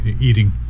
eating